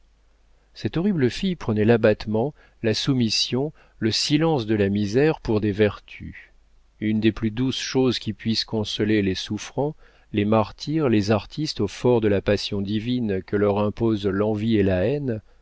cette horrible fille prenait l'abattement la soumission le silence de la misère pour des vertus une des plus douces choses qui puissent consoler les souffrants les martyrs les artistes au fort de la passion divine que leur imposent l'envie et la haine